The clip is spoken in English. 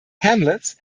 hamlets